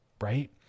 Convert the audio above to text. right